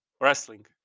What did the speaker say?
wrestling